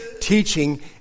teaching